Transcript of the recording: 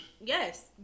yes